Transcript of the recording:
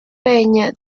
peña